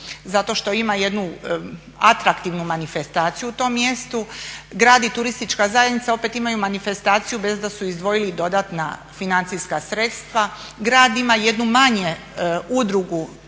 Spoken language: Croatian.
zato što ima jednu atraktivnu manifestaciju u tom mjestu. Grad i turistička zajednica opet imaju manifestaciju bez da su izdvojili dodatna financijska sredstva. Grad ima jednu manje udrugu